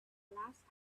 last